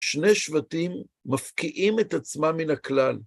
שני שבטים מפקיעים את עצמם מן הכלל.